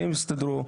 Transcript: שהם יסתדרו,